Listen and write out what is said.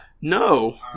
No